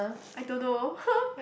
I don't know